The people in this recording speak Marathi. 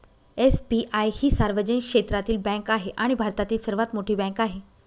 एस.बी.आई ही सार्वजनिक क्षेत्रातील बँक आहे आणि भारतातील सर्वात मोठी बँक आहे